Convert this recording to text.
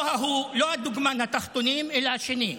לא ההוא, לא דוגמן התחתונים, אלא השני.